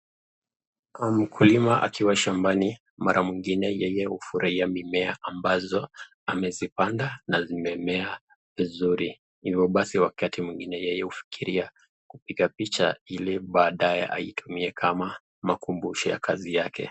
Mkulima akiwa shambani mara mwingine yeye hufurahia mimea ambazo amezipanda na zimemea vizuri. Hivyo basi wakati mwingine yeye hufikiria kupiga picha ili baadaye aitumie kama makumbusho ya kazi yake.